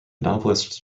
novelist